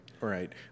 right